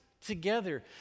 together